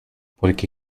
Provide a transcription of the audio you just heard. porque